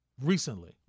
Recently